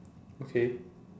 okay